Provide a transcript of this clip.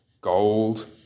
gold